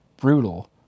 brutal